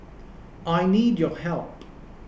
I need your help